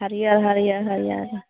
हरिअर हरिअर हरिअर